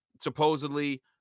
supposedly